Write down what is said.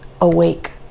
awake